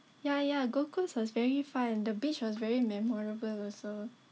ya ya Gold Coast was very fun the beach was very memorable also